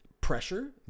Pressure